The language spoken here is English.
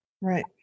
Right